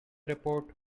report